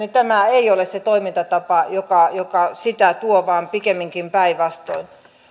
tämä ei ole se toimintatapa joka joka sitä tuo vaan pikemminkin päinvastoin